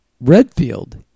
Redfield